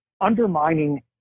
undermining